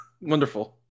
Wonderful